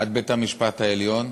עד בית-המשפט העליון,